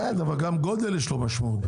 גם לגודל יש משמעות.